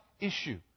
issue